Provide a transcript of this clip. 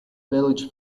village